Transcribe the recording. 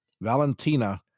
valentina